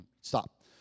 Stop